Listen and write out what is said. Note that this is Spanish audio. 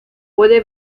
puede